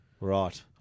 Right